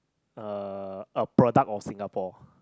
a a product of Singapore